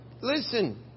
listen